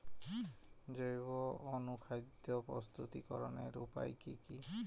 জৈব অনুখাদ্য প্রস্তুতিকরনের উপায় কী কী?